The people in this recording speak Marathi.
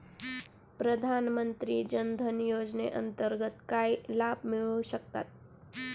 प्रधानमंत्री जनधन योजनेअंतर्गत काय लाभ मिळू शकतात?